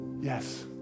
Yes